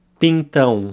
pintão